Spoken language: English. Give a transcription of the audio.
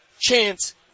chance